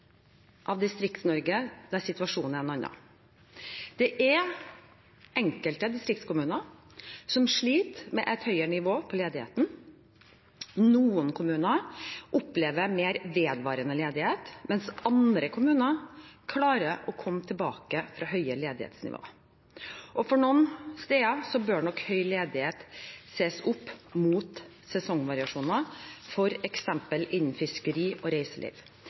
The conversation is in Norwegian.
av Distrikts-Norge der situasjonen er en annen. Det er enkelte distriktskommuner som sliter med et høyere nivå på ledigheten. Noen kommuner opplever mer vedvarende ledighet, mens andre kommuner klarer å komme tilbake fra høye ledighetsnivå. Noen steder bør nok høy ledighet ses opp mot sesongvariasjoner, f.eks. innen fiskeri og reiseliv.